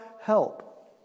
help